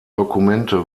dokumente